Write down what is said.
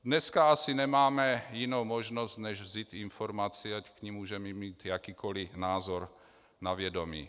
Dneska asi nemáme jinou možnost, než vzít informaci, ať k ní můžeme mít jakýkoli názor, na vědomí.